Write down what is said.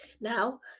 Now